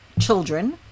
children